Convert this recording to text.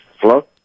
Hello